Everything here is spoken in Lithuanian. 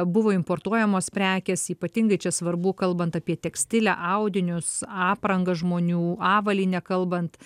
buvo importuojamos prekės ypatingai čia svarbu kalbant apie tekstilę audinius aprangą žmonių avalynę kalbant